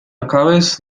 acabes